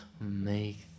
Make